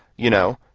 you know,